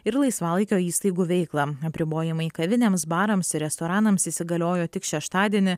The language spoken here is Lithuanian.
ir laisvalaikio įstaigų veiklą apribojimai kavinėms barams ir restoranams įsigaliojo tik šeštadienį